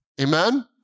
Amen